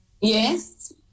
Yes